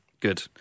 Good